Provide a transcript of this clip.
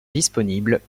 disponibles